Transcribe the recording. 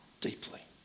deeply